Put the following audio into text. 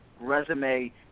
resume